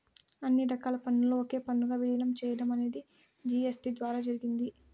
అన్ని రకాల పన్నులను ఒకే పన్నుగా విలీనం చేయడం అనేది జీ.ఎస్.టీ ద్వారా జరిగింది